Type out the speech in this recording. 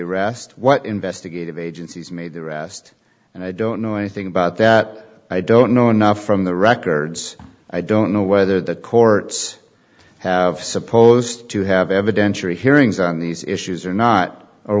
arrest what investigative agencies made the arrest and i don't know anything about that i don't know enough from the records i don't know whether the courts have supposed to have evidence or hearings on these issues or not or